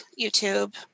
YouTube